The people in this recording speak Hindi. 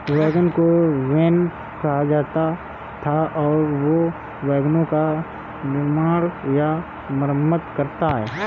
वैगन को वेन कहा जाता था और जो वैगनों का निर्माण या मरम्मत करता है